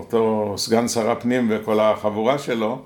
אותו סגן שר הפנים וכל החבורה שלו